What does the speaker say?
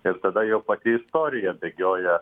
ir tada jau pati istorija bėgioja